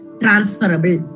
transferable